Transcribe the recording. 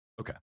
okay